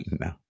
no